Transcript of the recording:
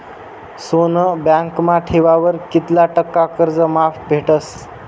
सोनं बँकमा ठेवावर कित्ला टक्का कर्ज माफ भेटस?